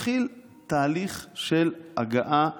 התחיל תהליך של הגעה להבנות,